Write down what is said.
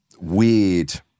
weird